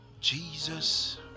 Jesus